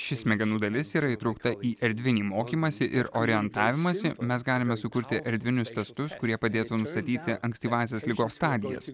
ši smegenų dalis yra įtraukta į erdvinį mokymąsi ir orientavimąsi mes galime sukurti erdvinius testus kurie padėtų nustatyti ankstyvąsias ligos stadijas